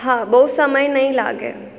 હા બહુ સમય નહીં લાગે